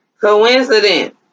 Coincidence